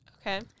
Okay